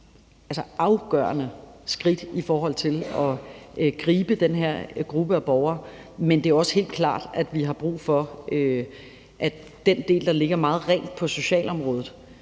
nogle afgørende skridt i forhold til at gribe den her gruppe af borgere, men det er jo også helt klart, at vi har brug for, at vi får fat om den del, der meget rent ligger på socialområdet,